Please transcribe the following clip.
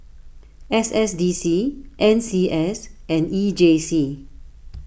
S S D C N C S and E J C